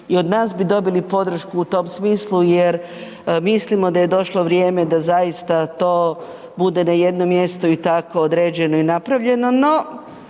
i od nas bi dobili podršku u tom smislu jer mislimo da je došlo vrijeme da zaista to bude na jednom mjestu i tako određeno i napravljeno, no